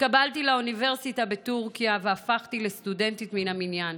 התקבלתי לאוניברסיטה בטורקיה והפכתי לסטודנטית מן המניין.